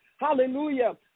hallelujah